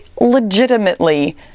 legitimately